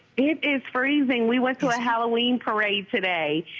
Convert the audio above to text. it is freezing, we went to a halloween parade today.